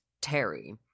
Terry